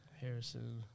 Harrison